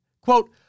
Quote